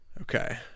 Okay